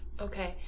Okay